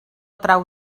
trau